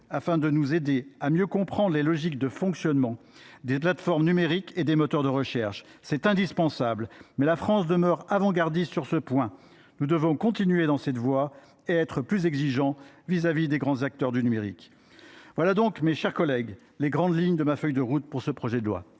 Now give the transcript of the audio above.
afin de nous aider à mieux comprendre les logiques de fonctionnement des plateformes numériques et des moteurs de recherche. C’est indispensable ! D’ailleurs, la France demeure avant gardiste sur ce point : nous devons continuer dans cette voie et être plus exigeants vis à vis des grands acteurs du numérique. Voilà donc, mes chers collègues, les grandes lignes de ma feuille de route pour ce projet de loi.